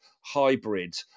hybrid